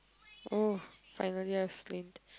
oh finally a slained